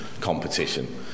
competition